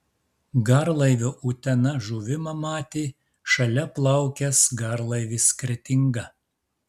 garlaivio utena žuvimą matė šalia plaukęs garlaivis kretinga